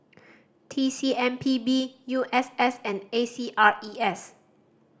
T C M P B U S S and A C R E S